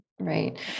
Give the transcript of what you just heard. Right